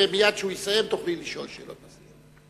מייד כשהוא יסיים תוכלי לשאול שאלה נוספת.